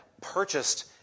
purchased